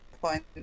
point